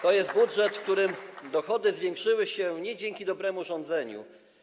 To jest budżet, w którym dochody nie zwiększyły się dzięki dobremu rządzeniu.